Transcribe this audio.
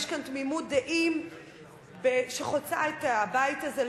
יש כאן תמימות דעים שחוצה את הבית הזה,